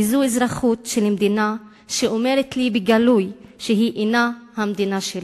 כי זו אזרחות במדינה שאומרת לי בגלוי שהיא אינה המדינה שלי,